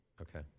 Okay